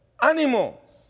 animals